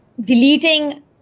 deleting